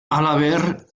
halaber